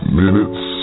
minutes